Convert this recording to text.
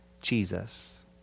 Jesus